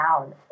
down